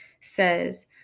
says